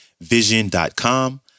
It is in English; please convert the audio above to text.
vision.com